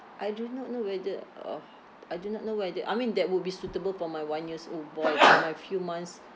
I do not know whether I do not know whether I mean that would be suitable for my one years old boy but my few months